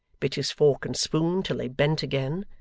bit his fork and spoon till they bent again,